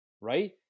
right